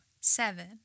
seven